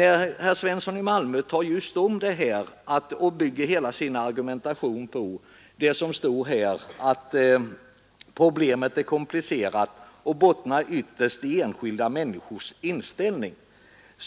Herr Svensson bygger hela sin argumentation på det som står här: ”Problemet är komplicerat och bottnar ytterst i de enskilda människornas inställning.”